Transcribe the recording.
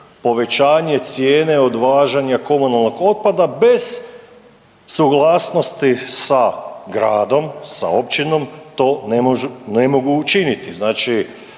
povećanje cijene odvažanja komunalnog otpada bez suglasnosti sa gradom, sa općinom to ne mogu učiniti. Znači